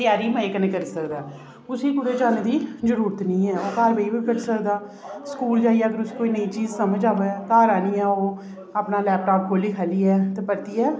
त्यारी मजै कन्नै करी सकदा उसी कुतै जाने दी जरूरत निं ऐ ओह् घर बेहियै बी करी सकदा स्कूल जाइयै बी अगर उसी कोई चीज निं समझ आवै घर आह्नियै ओह् अपना लैपटाप खोह्ली खाह्लियै परतियै